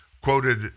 quoted